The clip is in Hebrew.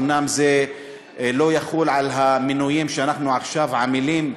אומנם זה לא יחול על המינויים שאנחנו עכשיו עמלים,